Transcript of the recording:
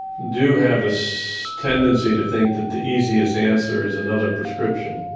do have a so tendency to think that the easiest answer is another prescription.